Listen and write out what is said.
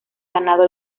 ganado